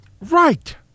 right